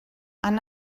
han